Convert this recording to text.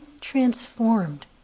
transformed